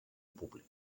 públic